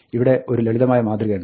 ഇവിടെ ഒരു ലളിതമായ മതൃകയുണ്ട്